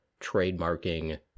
trademarking